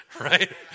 right